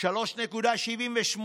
3.78